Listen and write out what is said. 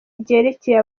ryerekeye